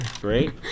Great